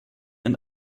and